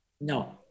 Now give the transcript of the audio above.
No